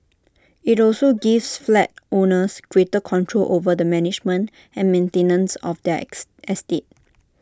IT also gives flat owners greater control over the management and maintenance of their ex estate